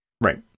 right